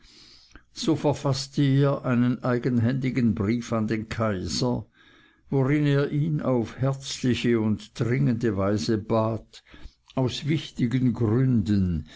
so verfaßte er einen eigenhändigen brief an den kaiser worin er ihn auf herzliche und dringende weise bat aus wichtigen gründen